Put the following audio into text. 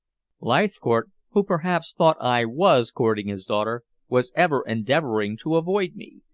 leithcourt, who perhaps thought i was courting his daughter, was ever endeavoring to avoid me,